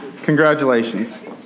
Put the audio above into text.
Congratulations